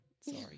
Sorry